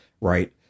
right